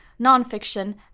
nonfiction